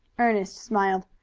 ernest smiled.